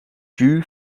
due